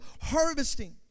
harvesting